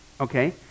Okay